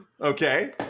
Okay